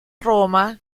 roma